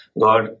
God